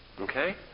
Okay